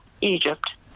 Egypt